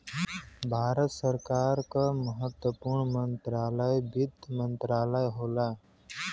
भारत सरकार क महत्वपूर्ण मंत्रालय वित्त मंत्रालय होला